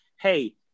hey